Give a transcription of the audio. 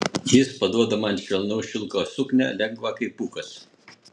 jis paduoda man švelnaus šilko suknią lengvą kaip pūkas